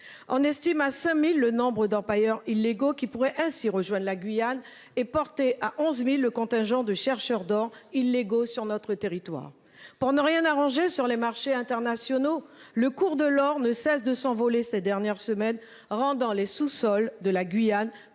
On estime à 5000 le nombre d'empailleur illégaux qui pourrait ainsi rejoindre la Guyane est porté à 11.000 le contingent de chercheurs d'or illégaux sur notre territoire pour ne rien arranger, sur les marchés internationaux le cours de l'or ne cesse de s'envoler. Ces dernières semaines. Dans les sous-sols de la Guyane